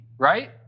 right